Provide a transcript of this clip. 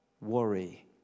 Worry